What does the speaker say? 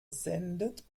sendet